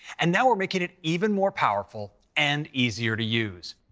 and now we're making it even more powerful and easier to use.